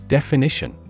Definition